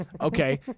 Okay